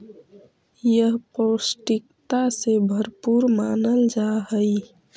यह पौष्टिकता से भरपूर मानल जा हई